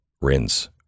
rinse